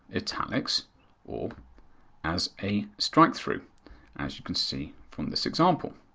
italics or as a strike through as you can see from this example.